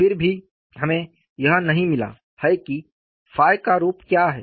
फिर भी हमें यह नहीं मिला है कि ɸ का रूप क्या है